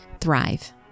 thrive